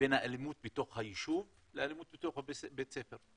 בין האלימות בתוך הישוב לאלימות בתוך בית הספר.